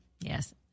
Yes